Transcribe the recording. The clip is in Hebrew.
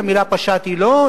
המלה "פשעתי" לא,